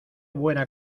buena